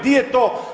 Di je to?